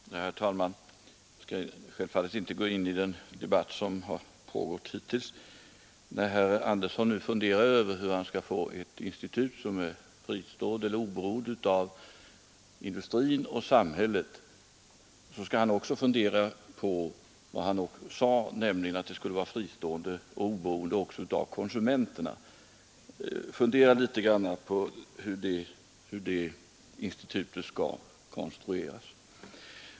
kärnkraften Herr talman! Jag skall självfallet inte gå in i den debatt som här förts. Men när herr Andersson i Örebro funderar över hur han skall få ett institut som är fristående och oberoende av industrin och samhället bör han nog samtidigt fundera över om det också skall vara fristående och oberoende i förhållande till konsumenterna. Fundera litet på hur det institutet skall konstrueras, herr Andersson!